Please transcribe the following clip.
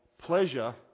pleasure